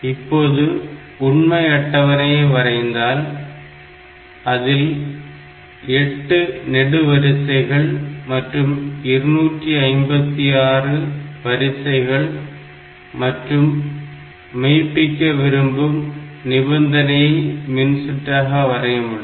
இப்போது உண்மை அட்டவணையை வரைந்தால் அதில் 8 நெடு வரிசைகள் மற்றும் 256 வரிசைகள் மற்றும் மெய்ப்பிக்க விரும்பும் நிபந்தனையை மின் சுற்றாக வரைய முடியும்